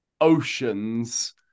oceans